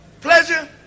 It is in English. pleasure